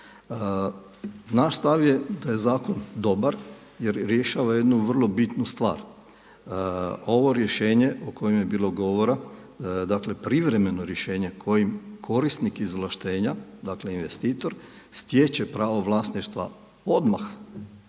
Naš stav je da je zakon dobar jer rješava jednu vrlo bitnu stvar. Ovo rješenje o kojem je bilo govora, dakle privremeno rješenje kojim korisnik izvlaštenja, dakle investitor stječe pravo vlasnika, odmah